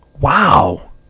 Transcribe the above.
Wow